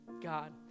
God